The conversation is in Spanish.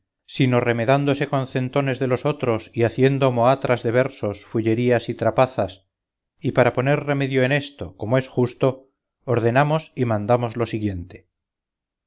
sino remendándose con centones de los otros y haciendo mohatras de versos fullerías y trapazas y para poner remedio en esto como es justo ordenamos y mandamos lo siguiente